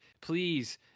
please